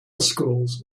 schools